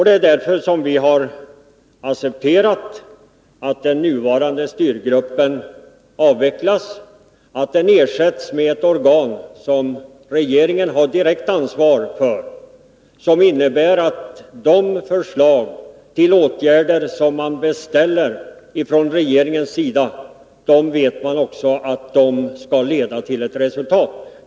Det är därför vi accepterat att den nuvarande styrgruppen avvecklas och ersätts med ett organ som regeringen har direkt ansvar för. Det innebär att de förslag till åtgärder som regeringen beställer kommer att leda till resultat.